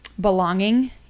belonging